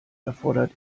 erfordert